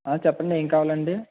చెప్పండి ఏం కావాలండి